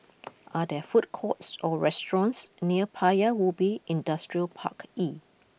are there food courts or restaurants near Paya Ubi Industrial Park E